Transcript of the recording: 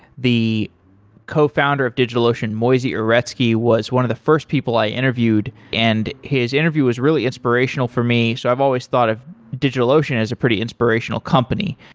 the cofounder of digitalocean, moisey uretsky, was one of the first people i interviewed, and his interview was really inspirational for me. so i've always thought of digitalocean as a pretty inspirational company.